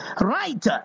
Right